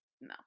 No